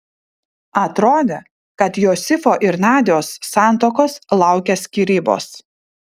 atrodė kad josifo ir nadios santuokos laukia skyrybos